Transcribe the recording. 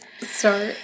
start